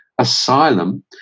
asylum